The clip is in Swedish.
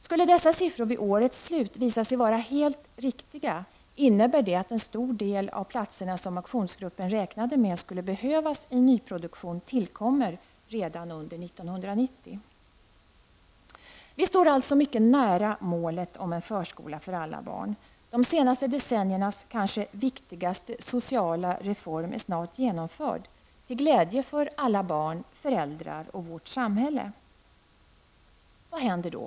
Skulle dessa siffror vid årets slut visa sig vara helt riktiga, innebär det att en stor del av de platser som aktionsgruppen räknade med skulle behövas i nyproduktion tillkommer redan under Vi står alltså mycket nära målet om en förskola för alla barn. De senaste decenniernas kanske viktigaste sociala reform är snart genomförd till glädje för alla barn, föräldrar och vårt samhälle. Vad händer då?